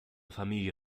familie